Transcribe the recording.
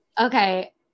okay